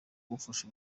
kuwupfusha